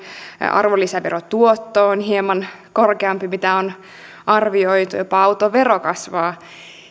arvonlisäverotuotto on hieman korkeampi kuin on arvioitu jopa autovero kasvaa